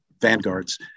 vanguards